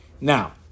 Now